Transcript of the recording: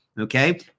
okay